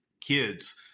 kids